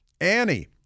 Annie